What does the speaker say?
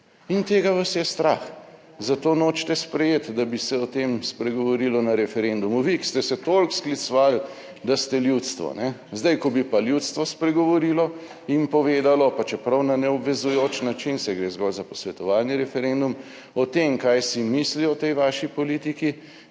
In tega vas je strah, zato nočete sprejeti, da bi se o tem spregovorilo na referendumu, vi, ki ste se toliko sklicevali, da ste ljudstvo, zdaj, ko bi pa ljudstvo spregovorilo in povedalo, pa čeprav na neobvezujoč način, saj gre zgolj za posvetovalni referendum o tem, kaj si misli o tej vaši politiki,